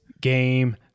game